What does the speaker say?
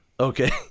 okay